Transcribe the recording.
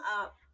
up